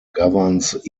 governs